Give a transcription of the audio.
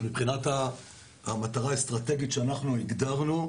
אז מבחינת המטרה האסטרטגית שאנחנו הגדרנו,